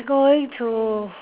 going to